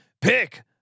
pick